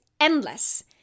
endless